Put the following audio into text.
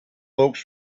folks